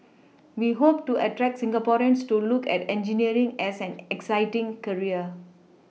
we hope to attract Singaporeans to look at engineering as an exciting career